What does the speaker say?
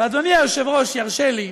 אדוני היושב-ראש ירשה לי,